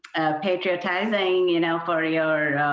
patriotising, you know for your